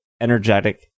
energetic